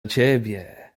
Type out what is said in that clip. ciebie